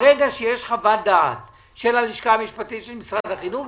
ברגע שיש חוות דעת של הלשכה המשפטית של משרד החינוך,